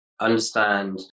understand